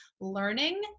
learning